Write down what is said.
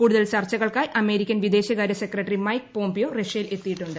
കൂടുതൽ ചർച്ചകൾക്കായി അമേരിക്കൻ വിദേശകാര്യ സെക്രട്ടറി മൈക് പോംപിയോ റഷ്യയിൽ എത്തിയിട്ടുണ്ട്